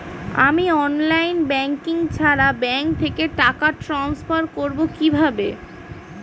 আমি online banking ছাড়া bank থেকে টাকা ট্রান্সফার করবো কিভাবে?